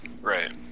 Right